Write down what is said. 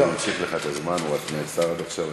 אני ממשיך לך את הזמן, הוא רק נעצר עד עכשיו.